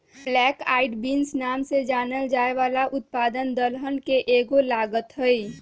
black eyed beans के नाम से जानल जाये वाला उत्पाद दलहन के एगो लागत हई